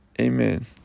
amen